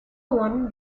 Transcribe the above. one